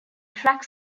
track